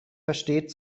versteht